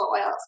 oils